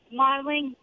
modeling